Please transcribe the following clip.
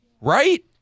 Right